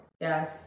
Yes